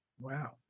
Wow